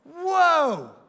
whoa